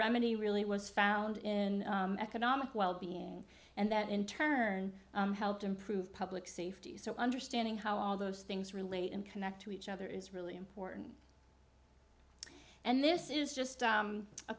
remedy really was found in economic wellbeing and that in turn helped improve public safety so understanding how all those things relate and connect to each other is really important and this is just